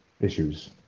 issues